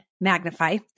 Magnify